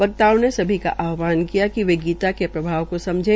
वक्ताओं ने सभी का आहवान किया कि वे गीता के प्रभाव को समझें